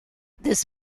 this